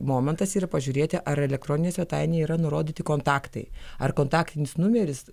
momentas yra pažiūrėti ar elektroninėj svetainėje yra nurodyti kontaktai ar kontaktinis numeris